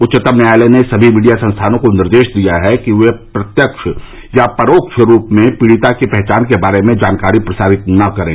उच्चतम न्यायालय ने सभी मीडिया संस्थानों को निर्देश दिया है कि वे प्रत्यक्ष या परोक्ष रूप में पीड़िता की पहचान के बारे में जानकारी प्रसारित ना करें